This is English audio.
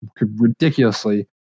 ridiculously